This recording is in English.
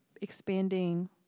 expanding